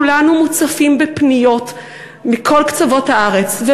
כולנו מוצפים בפניות מכל קצוות הארץ,